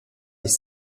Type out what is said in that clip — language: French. les